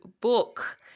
book